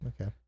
Okay